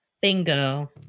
bingo